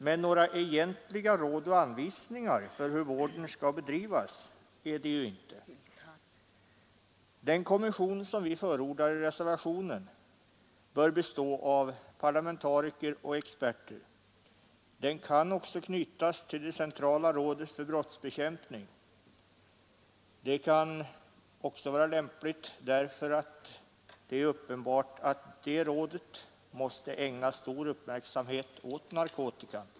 Men några egentliga råd och anvisningar för hur vården skall bedrivas är det ju inte. Den kommission som vi förordar i reservationen bör bestå av parlamentariker och experter. Den kan också knytas till det centrala rådet för brottsbekämpning. Det kan också vara lämpligt därför att det är uppenbart att detta råd måste ägna stor uppmärksamhet åt narkotikafrågan.